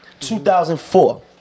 2004